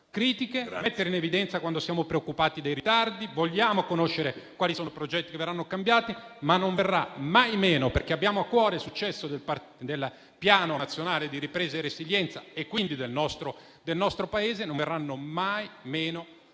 critiche, mettiamo in evidenza quando siamo preoccupati dei ritardi, vogliamo conoscere quali sono i progetti che verranno cambiati, ma non verranno mai meno - perché abbiamo a cuore il successo del Piano nazionale di ripresa e resilienza e quindi del nostro Paese - le nostre